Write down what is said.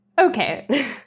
okay